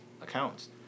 accounts